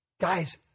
Guys